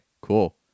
cool